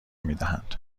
میدهند